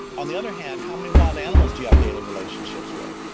on the other hand, how many wild animals do you have daily relationships with?